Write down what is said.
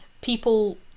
people